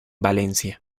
valencia